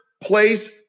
place